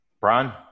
Brian